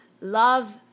love